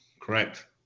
Correct